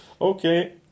Okay